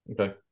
Okay